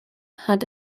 hat